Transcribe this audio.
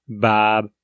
Bob